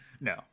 no